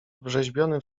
wrzeźbiony